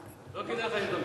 לא כדאי לך, לא כדאי לך,